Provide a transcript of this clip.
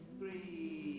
three